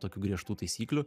tokių griežtų taisyklių